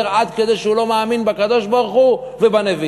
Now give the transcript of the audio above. עד כדי שהוא לא מאמין בקדוש-ברוך-הוא ובנביאים.